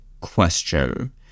question